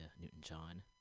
Newton-John